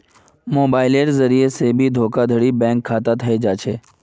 मोबाइलेर जरिये से भी धोखाधडी बैंक खातात हय जा छे